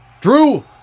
Drew